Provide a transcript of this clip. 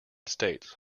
states